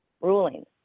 Ruling